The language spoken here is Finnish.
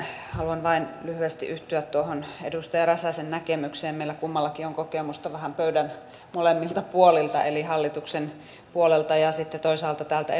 haluan vain lyhyesti yhtyä tuohon edustaja räsäsen näkemykseen meillä kummallakin on kokemusta vähän pöydän molemmilta puolilta eli hallituksen puolelta ja sitten toisaalta täältä